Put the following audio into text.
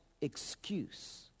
excuse